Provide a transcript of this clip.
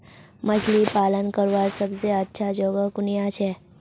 मछली पालन करवार सबसे अच्छा जगह कुनियाँ छे?